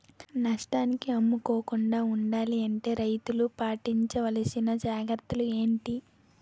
నష్టానికి అమ్ముకోకుండా ఉండాలి అంటే రైతులు పాటించవలిసిన జాగ్రత్తలు ఏంటి